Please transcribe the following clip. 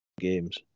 Games